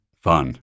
fun